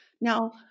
Now